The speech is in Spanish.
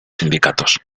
sindicatos